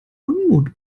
unmut